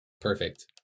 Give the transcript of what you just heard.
Perfect